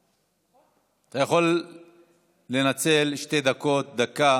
אתה יכול לנצל שתי דקות, דקה,